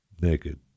naked